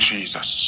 Jesus